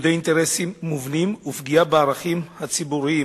ניגודי אינטרסים מובנים ופגיעה בערכים ציבוריים